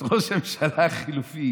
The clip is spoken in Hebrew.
את ראש הממשלה החליפי